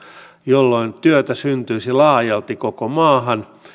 jolloin työtä syntyisi laajalti koko maahan